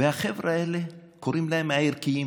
החבר'ה האלה, קוראים להם הערכיים: